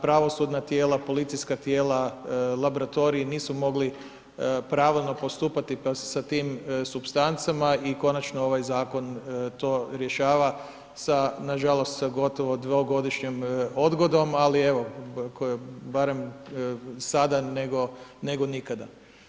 Pravosudna tijela, policijska tijela, laboratorij, nisu mogli pravilno postupati sa tim supstancama i konačno ovaj zakon to rješava sa, nažalost sa gotovo 2 godišnjom odgodom, ali, evo, ako je barem sada nego nikada.